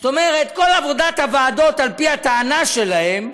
זאת אומרת, כל עבודת הוועדות, על-פי הטענה שלהם,